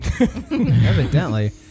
Evidently